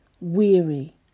weary